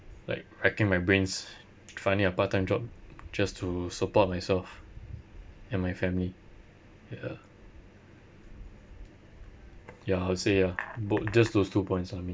like wrecking my brains finding a part-time job just to support myself and my family ya ya I would say ah bo~ just those two points on me